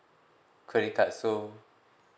credit card so